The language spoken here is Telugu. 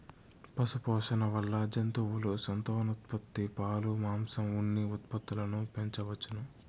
పశుపోషణ వల్ల జంతువుల సంతానోత్పత్తి, పాలు, మాంసం, ఉన్ని ఉత్పత్తులను పెంచవచ్చును